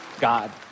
God